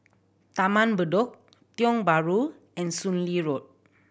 Taman Bedok Tiong Bahru and Soon Lee Road